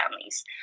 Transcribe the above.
families